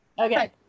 Okay